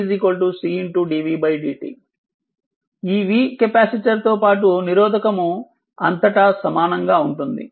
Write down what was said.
ఈ v కెపాసిటర్తో పాటు నిరోధకము అంతటా సమానంగా ఉంటుంది